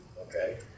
Okay